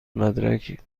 مدرک